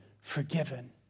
forgiven